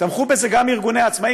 תמכו בזה גם ארגוני העצמאים,